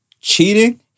cheating